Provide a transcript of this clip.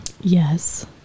Yes